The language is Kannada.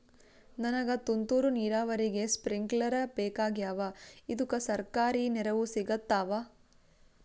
ನನಗ ತುಂತೂರು ನೀರಾವರಿಗೆ ಸ್ಪಿಂಕ್ಲರ ಬೇಕಾಗ್ಯಾವ ಇದುಕ ಸರ್ಕಾರಿ ನೆರವು ಸಿಗತ್ತಾವ?